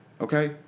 Okay